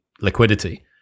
liquidity